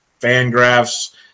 Fangraphs